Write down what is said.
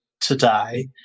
today